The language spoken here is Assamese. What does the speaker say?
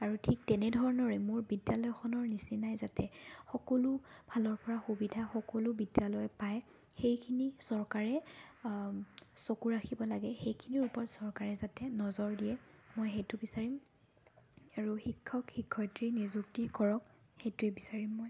আৰু ঠিক তেনেধৰণৰে মোৰ বিদ্যালয়খনৰ নিচিনাই যাতে সকলো ফালৰ পৰা সুবিধা সকলো বিদ্যালয়ত পায় সেইখিনি চৰকাৰে চকু ৰাখিব লাগে সেইখিনিৰ ওপৰত চৰকাৰে যাতে নজৰ দিয়ে মই সেইটো বিচাৰিম আৰু শিক্ষক শিক্ষয়িত্ৰী নিযুক্তি কৰক সেইটোয়ে বিচাৰিম মই